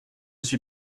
suis